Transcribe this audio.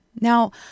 Now